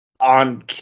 on